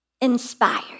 inspired